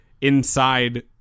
inside